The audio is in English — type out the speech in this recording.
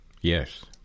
Yes